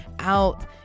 out